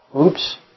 Oops